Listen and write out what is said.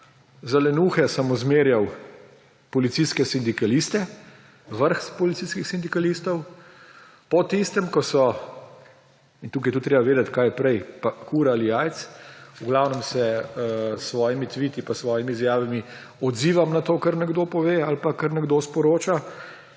Za lenuhe sem ozmerjal policijske sindikaliste, vrh policijskih sindikalistov. In tukaj je tudi treba vedeti, kaj je prej, kura ali jajce. V glavnem se s svojimi tviti pa svojimi izjavami odzivam na to, kar nekdo pove ali pa kar nekdo sporoča.